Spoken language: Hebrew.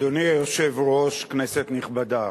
אדוני היושב-ראש, כנסת נכבדה,